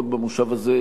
עוד בכנס הזה,